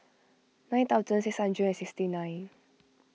nine thousand six hundred and sixty nine